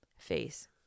face